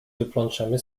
wyplączemy